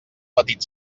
petit